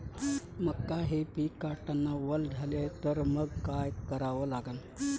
मका हे पिक काढतांना वल झाले तर मंग काय करावं लागन?